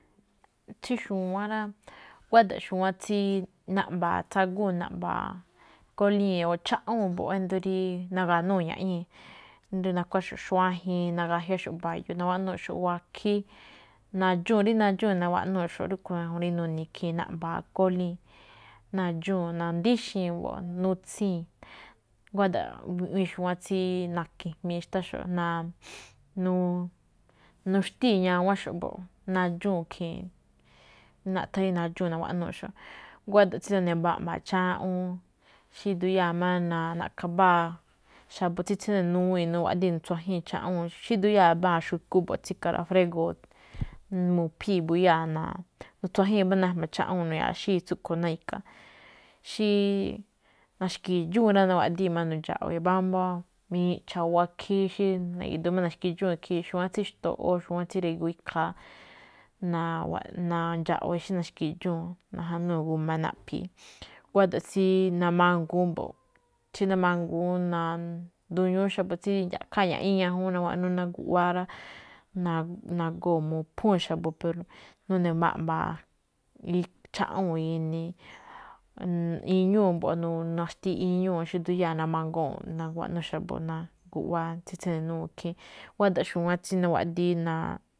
Tsí xu̱wán rá, guáda̱ꞌ xu̱wán tsí naꞌmba̱a̱n tsagúu̱n, naꞌmba̱a̱n kólii̱n o cháꞌwún mbo̱ꞌ ído̱ rí na̱ga̱núu̱ ña̱ꞌñíi̱. Ído̱ ri nakuáxo̱ꞌ xuajen, nagajiáxo̱ꞌ mba̱yo̱ꞌ, naguáꞌnuu̱ꞌxo̱ꞌ wakhíí. Nadxúu̱n, rí nadxúu̱n, nawaꞌnúu̱ꞌxo̱ꞌ rúꞌkhue̱n ñajuun rí nuni̱i̱ ikhii̱n rí naꞌmba̱a̱n kólii̱n. Nadxúu̱n na̱díxi̱i̱n mbo̱ꞌ, nutsíi̱n. Guáꞌda̱ꞌ iꞌwíin xu̱wán tsí naki̱jmii xtáxo̱ꞌ nuxtíi̱ ñawánxo̱ꞌ mboꞌ, nadxúu̱n ikhii̱n, naꞌthán rí nadxúu̱n naguaꞌnúu̱xo̱ꞌ. Guáda̱ꞌ tsí naꞌmba̱a̱n chaꞌwúún xí nduyáa̱ má na̱-naꞌkha̱ mbáa, xa̱bo̱ tsí tsíne̱ nuwii̱n, nuwaꞌdii̱ nu̱tsijii̱ chaꞌwúu̱n. Xí nduyáa̱ mbáa xu̱kú mbo̱ꞌ tsí na̱ka̱ rafrígo̱o̱, mu̱phii̱ mbuyáa̱, nutsuajuíi̱n mbá najma̱ chaꞌwúu̱n, nu̱ya̱xíi̱ tsúꞌkhue̱n ná i̱ka̱. Xí na̱xki̱dxúu̱n rá, nawaꞌdii̱n máꞌ nu̱ndxa̱we̱e̱ mbámbá, miꞌcha̱ o wakhíí xí na̱gi̱du̱u̱n máꞌ na̱xki̱dxuu̱n ikhii̱n. Xu̱wán sí xtoꞌóo, xu̱wán tsí ngrigo̱o̱ máꞌ ikhaa, nandxa- nandxawee̱ xí na̱xki̱dxúu̱n, najanúu̱ g a naꞌphi̱i̱. Guáda̱ꞌ tsi namangu̱ún mbo̱ꞌ, tsí namangu̱ún nduñúú xa̱bo̱, tsí ra̱ꞌkháa ña̱ꞌñíí ñajúún, nawaꞌnú ná guꞌwáá rá. Na- nagóo̱ mu̱phúu̱n xa̱bo̱, none̱ maꞌmba̱a̱ chaꞌwúu̱n ginii. iñúu̱ mbo̱ꞌ naxtiꞌi xí nduyáa̱ namanguu̱nꞌ, naguaꞌnú xa̱bo̱ ná guꞌwáá, tsí tsíne̱ nuwuu̱nꞌ ikhín. Guáda̱ꞌ xu̱wán tsí nawaꞌdi̱í.